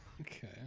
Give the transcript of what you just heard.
Okay